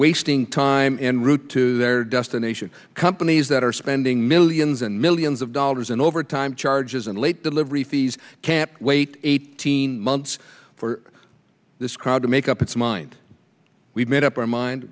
wasting time and route to their destination companies that are spending millions and millions of dollars in overtime charges and late delivery fees can't wait eighteen months for this crowd to make up its mind we've made up our mind